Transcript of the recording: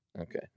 Okay